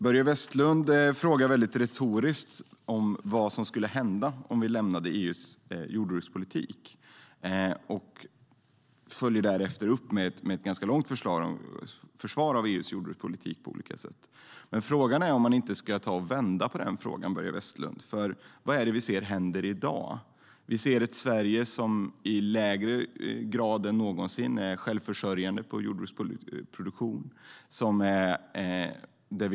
Börje Vestlund frågade retoriskt vad som skulle hända om Sverige lämnade EU:s jordbrukspolitik. Han följde därefter upp med ett långt försvar av EU:s jordbrukspolitik. Frågan är om man inte ska vända på frågan, Börje Vestlund. Vad är det som händer i dag? Vi ser ett Sverige som i lägre grad än någonsin är självförsörjande i jordbruksproduktionen.